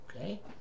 Okay